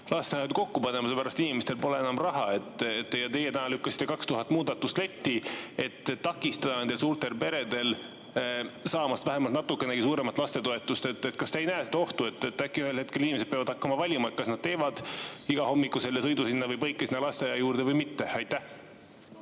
lasteaedu kokku panema, sest inimestel pole enam raha. Teie lükkasite 2000 muudatust letti, et takistada nendel suurtel peredel saamast vähemalt natukenegi suuremat lastetoetust. Kas te ei näe seda ohtu, et äkki ühel hetkel inimesed peavad hakkama valima, kas nad teevad igahommikuse sõidu lasteaia juurde või mitte? Aitäh!